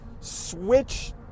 switch